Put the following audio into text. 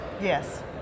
Yes